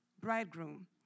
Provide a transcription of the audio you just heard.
bridegroom